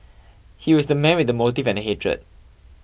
he was the man with the motive and hatred